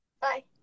Bye